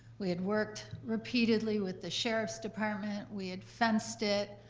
we had worked repeatedly with the sheriff's department, we had fenced it,